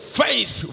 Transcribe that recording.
faith